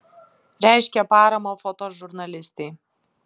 reiškė paramą fotožurnalistei